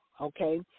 okay